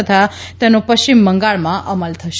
તથા તેનો પશ્ચિમ બંગાળમાં અમલ થશે